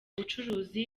ubucuruzi